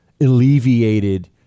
alleviated